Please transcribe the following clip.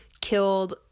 killed